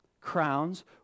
crowns